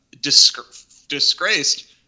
disgraced